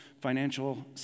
financial